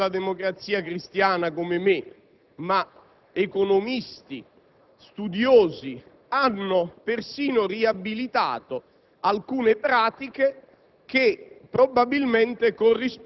Non nostalgici della Democrazia Cristiana, quale io sono, ma economisti e studiosi hanno persino riabilitato alcune pratiche